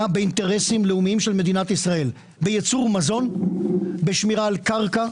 כטייס אוטומטי ב-2,2.5 אחוז, אבל על זה לא נזעקנו.